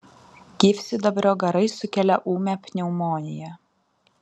gyvsidabrio garai sukelia ūmią pneumoniją